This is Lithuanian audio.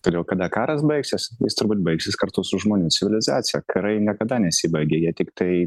todėl kada karas baigsis jis turbūt baigsis kartu su žmonių civilizacija karai niekada nesibaigia jie tiktai